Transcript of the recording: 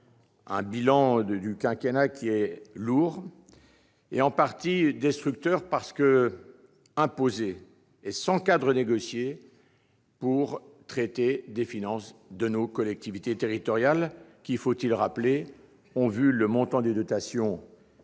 Le bilan du quinquennat est très lourd et en partie destructeur parce qu'imposé sans cadre négocié pour traiter des finances de nos collectivités territoriales : ces dernières ont vu le montant de leurs dotations